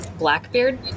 Blackbeard